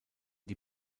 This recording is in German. die